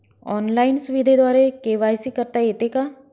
Online सुविधेद्वारे KYC करता येते का?